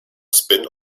spin